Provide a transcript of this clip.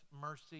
mercy